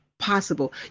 Possible